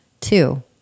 two